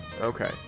Okay